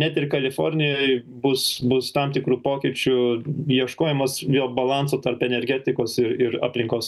net ir kalifornijoj bus bus tam tikrų pokyčių ieškojimas jo balanso tarp energetikos ir aplinkos